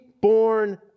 born